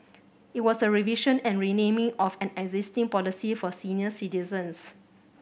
it was a revision and renaming of an existing policy for senior citizens